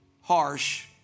harsh